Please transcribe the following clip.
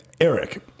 Eric